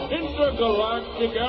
intergalactic